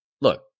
look